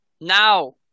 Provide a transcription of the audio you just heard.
now